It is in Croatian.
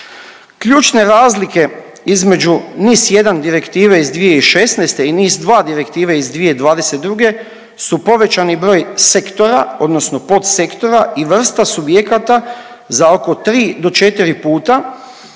Ključne razlike između NIS1 direktive iz 2016. i NIS2 direktive iz 2022. su povećani broj sektora odnosno podsektora i vrsta subjekata za oko tri do četiri